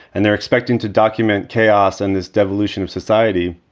and they're expecting to document chaos and this evolution of society.